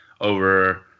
over